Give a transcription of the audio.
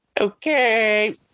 okay